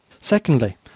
Secondly